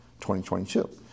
2022